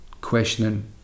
questioning